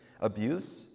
abuse